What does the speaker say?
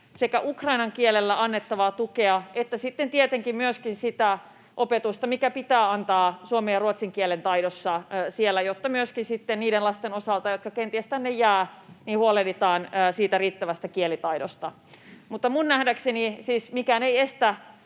sekä ukrainan kielellä annettavaa tukea että sitten tietenkin myöskin sitä opetusta, mitä pitää antaa suomen ja ruotsin kielen taidoissa siellä, jotta myöskin niiden lasten osalta, jotka kenties tänne jäävät, huolehditaan siitä riittävästä kielitaidosta. Mutta minun nähdäkseni mikään ei siis